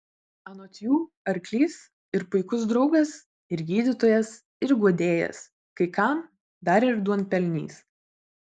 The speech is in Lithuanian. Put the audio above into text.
anot jų arklys ir puikus draugas ir gydytojas ir guodėjas kai kam dar ir duonpelnys